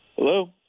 Hello